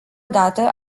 dată